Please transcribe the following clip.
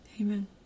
Amen